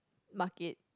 market